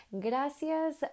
Gracias